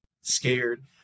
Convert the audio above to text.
scared